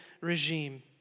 regime